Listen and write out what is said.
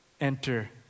enter